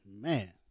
man